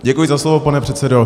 Děkuji za slovo, pane předsedo.